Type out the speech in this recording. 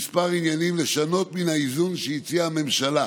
עניינים לשנות מן האיזון שהציעה הממשלה,